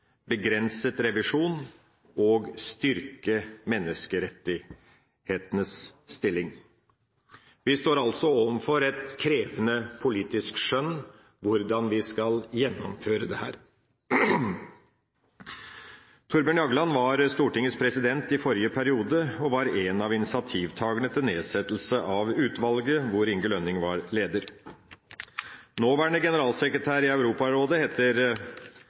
begrenset revisjon og å styrke menneskerettighetenes stilling. Vi står overfor et krevende politisk skjønn med hensyn til hvordan vi skal gjennomføre dette. Thorbjørn Jagland var Stortingets president i forrige periode og en av initiativtakerne til nedsettelsen av utvalget som Inge Lønning var leder av. Nåværende generalsekretær i Europarådet heter